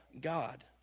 God